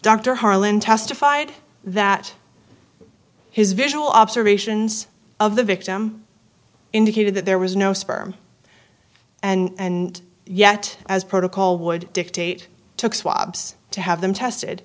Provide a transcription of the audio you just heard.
dr harlan testified that his visual observations of the victim indicated that there was no sperm and yet as protocol would dictate took swabs to have them tested